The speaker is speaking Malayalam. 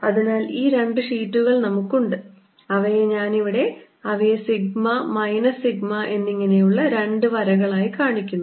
അതിനാൽ ഈ രണ്ട് ഷീറ്റുകൾ നമുക്കുണ്ട് അവയെ ഞാനിവിടെ അവയെ സിഗ്മ മൈനസ് സിഗ്മ എന്നിങ്ങനെയുള്ള രണ്ടു വരകളായി കാണിക്കുന്നു